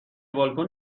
بالکن